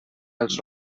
els